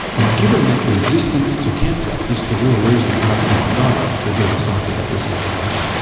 and given that resistance to cancer is the real reason that most people die, we are very excited about this observation.